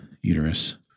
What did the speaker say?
uterus